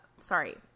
Sorry